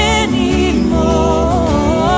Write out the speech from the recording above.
anymore